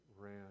ran